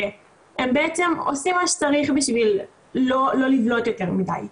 הם בעצם עושים מה שצריך בשביל לא לבלוט יותר מידיי.